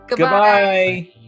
Goodbye